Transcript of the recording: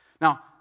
Now